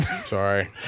sorry